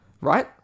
Right